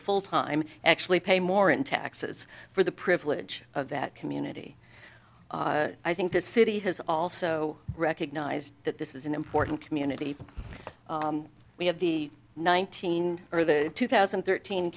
full time actually pay more in taxes for the privilege of that community i think the city has also recognized that this is an important community we have the nineteen or the two thousand and thirteen